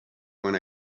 when